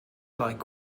like